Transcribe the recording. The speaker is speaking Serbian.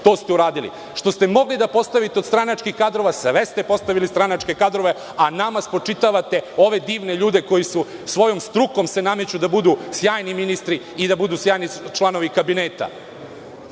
to ste uradili. Što ste mogli da postavite od stranačkih kadrova, sve ste postavili stranačke kadrove, a nama spočitavate ove divne ljude koji se svojom strukom nameću da budu sjajni ministri i da budu sjajni članovi kabineta.